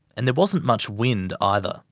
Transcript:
and there wasn't much wind either.